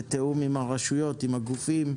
בתיאום עם הרשויות והגופים,